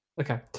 Okay